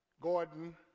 Gordon